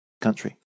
country